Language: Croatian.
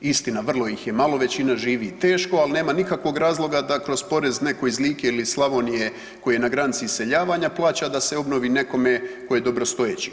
Istina vrlo ih je malo, većina živi teško, ali nema nikakvog razloga da kroz porez netko iz Like ili iz Slavonije koji je na granici iseljavanja plaća da se obnovi nekome tko je dobrostojeći.